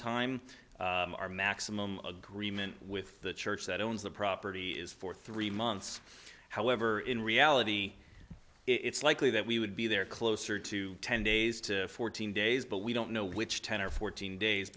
time our maximum agreement with the church that owns the property is for three months however in reality it's likely that we would be there closer to ten days to fourteen days but we don't know which ten or fourteen days